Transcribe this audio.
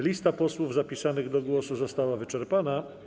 Lista posłów zapisanych do głosu została wyczerpana.